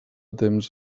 temps